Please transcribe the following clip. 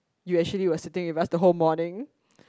you actually were sitting with us the whole morning